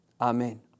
Amen